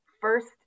first